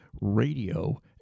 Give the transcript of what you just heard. radio